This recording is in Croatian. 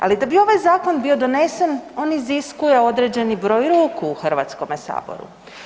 Ali da bi ovaj zakon bio donesen, on iziskuje određeni broj ruku u Hrvatskome saboru.